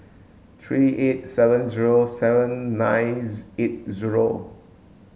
three eight seven zero seven nine eight zero